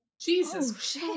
Jesus